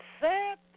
set